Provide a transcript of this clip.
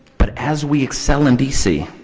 but as we excel in d c.